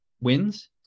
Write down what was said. wins